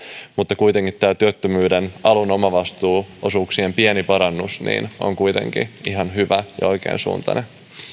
mutta tämä työttömyyden alun omavastuuosuuksien pieni parannus on kuitenkin ihan hyvä ja oikean suuntainen